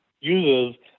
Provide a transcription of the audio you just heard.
uses